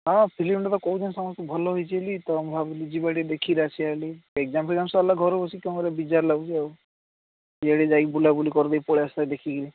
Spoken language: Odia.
ହଁ ଫିଲ୍ମ୍ଟା ପା କହୁଛନ୍ତି ସମସ୍ତେ ଭଲ ହେଇଛି ବୋଲି ତ ମୁଁ ଭାବିଲି ଯିବା ବୋଲି ଟିକିଏ ଦେଖିକରି ଆସିବା ବୋଲି ଏଗ୍ଯାମ୍ ଫେଗଜାମ୍ ସରିଲା ଘରେ ବସିକି କ'ଣ କରିବା ବିଜାର ଲାଗୁଛି ଆଉ ସିଆଡ଼େ ଯାଇକି ବୁଲାବୁଲି କରିଦେଇ ପଳେଇ ଆସିବା ଦେଖିକରି